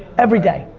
every day.